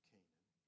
Canaan